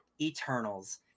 Eternals